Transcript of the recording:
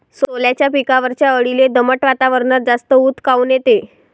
सोल्याच्या पिकावरच्या अळीले दमट वातावरनात जास्त ऊत काऊन येते?